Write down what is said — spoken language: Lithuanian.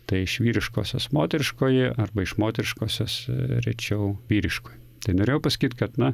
tai iš vyriškosios moteriškoji arba iš moteriškosios rečiau vyriškoji tai norėjau pasakyt kad na